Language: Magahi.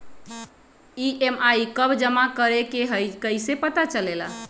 ई.एम.आई कव जमा करेके हई कैसे पता चलेला?